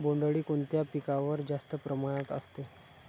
बोंडअळी कोणत्या पिकावर जास्त प्रमाणात असते?